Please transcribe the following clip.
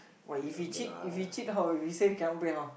!wah! if we cheat if we cheat how we say cannot pay how